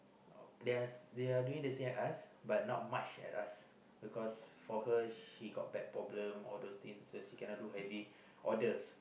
they're doing the same as us but not much as us because for her she got back problems and all those things so she cannot do already order